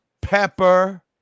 pepper